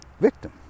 victim